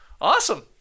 Awesome